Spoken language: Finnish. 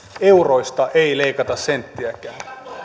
euroista ei leikata senttiäkään